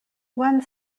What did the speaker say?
one